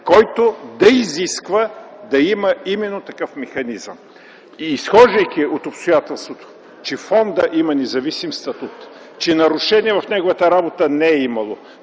който да изисква да има именно такъв механизъм. Изхождайки от обстоятелството, че фондът има независим статут, че нарушение в неговата работа не е имало,